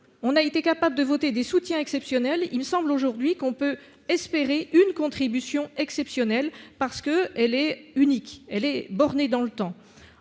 on a été capables de voter des soutiens exceptionnels, il me semble, aujourd'hui, qu'on peut espérer une contribution exceptionnelle parce que elle est unique, elle est bornée dans le temps,